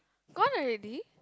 gone already